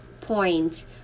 point